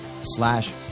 slash